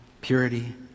purity